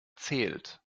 zählt